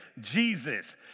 Jesus